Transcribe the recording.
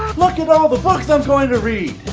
look at all the books i'm going to read.